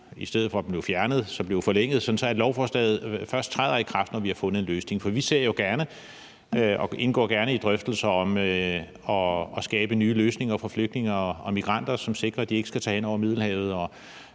i stedet for at blive fjernet så blev forlænget, sådan at lovforslaget først træder i kraft, når vi har fundet en løsning. For vi ser jo gerne og indgår gerne i drøftelser om at skabe nye løsninger for flygtninge og migranter, som sikrer, at de ikke skal tage hen over Middelhavet.